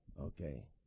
Okay